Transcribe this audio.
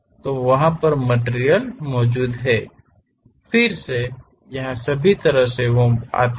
तो मटिरियल मौजूद है फिर से यहां सभी तरह से आता है